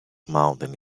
mountain